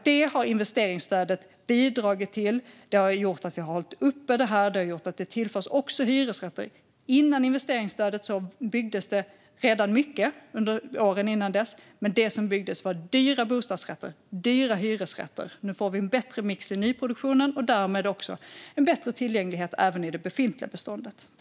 Det har investeringsstödet bidragit till. Det har gjort att vi har hållit uppe det här. Investeringsstödet har också gjort att det tillförs hyresrätter. Under åren före investeringsstödet byggdes det mycket, men det som byggdes var dyra bostadsrätter och dyra hyresrätter. Nu får vi en bättre mix i nyproduktionen och därmed också en bättre tillgänglighet även i det befintliga beståndet.